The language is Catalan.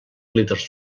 líders